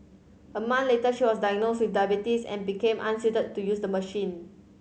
a month later she was diagnosed with diabetes and became unsuited to use the machine